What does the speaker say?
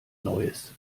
neues